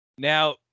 Now